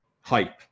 hype